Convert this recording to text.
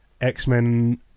X-Men